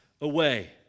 away